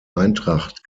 eintracht